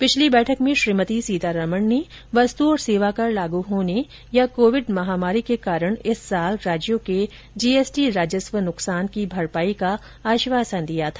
पिछली बैठक में श्रीमंती सीतारामन ने वस्तु और सेवा कर लागू होने या कोविड महामारी के कारण इस वर्ष राज्यों के जीएसटी राजस्व नुकसान की भरपाई का आश्वासन दिया था